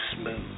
smooth